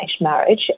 marriage